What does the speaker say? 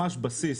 ממש בסיס,